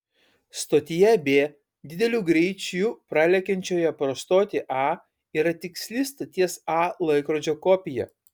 stotyje b dideliu greičiu pralekiančioje pro stotį a yra tiksli stoties a laikrodžio kopija